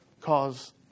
cause